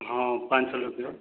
ହଁ ପାଞ୍ଚ ଲକ୍ଷ